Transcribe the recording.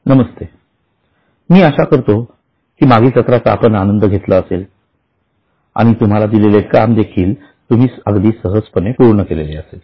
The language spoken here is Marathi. नमस्तेमी आशा करतो की मागील सत्राचा आपण आनंद घेतला असेल आणि तुम्हाला दिलेले काम देखील तुम्ही अगदी सहजपणे पूर्ण केलेले असेल